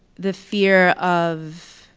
the fear of